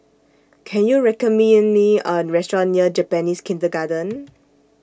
Can YOU recommend Me A Restaurant near Japanese Kindergarten